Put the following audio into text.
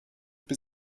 bis